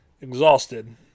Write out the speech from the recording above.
exhausted